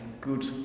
Good